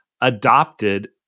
adopted